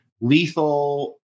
lethal